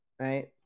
right